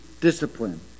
discipline